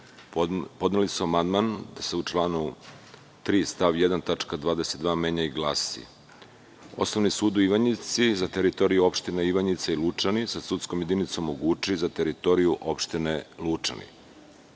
podneli su amandman gde se u članu 3. stav 1. tačka 22) menja i glasi: „Osnovni sud u Ivanjici, za teritoriju opštine Ivanjica i Lučane, sa sudskom jedinicom u Guči, za teritoriju opštine Lučani.“Kao